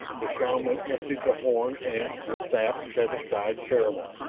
the shaman emptied the horn and, with that, set aside ceremony.